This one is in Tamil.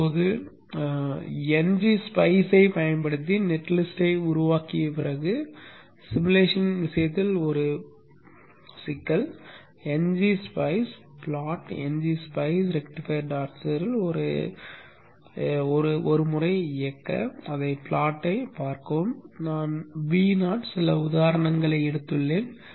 இப்போது ng spice ஐப் பயன்படுத்தி நெட் லிஸ்ட்டை உருவாக்கிய பிறகு உருவகப்படுத்துதலின் விஷயத்தில் ஒரு சிக்கல் ng spice plot ng spice rectifier dot cir ல் ஒருமுறை இயக்க அந்த ப்ளாட்டைப் பார்க்கவும் நான் Vo சில உதாரணங்களை எடுத்துள்ளேன்